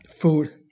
food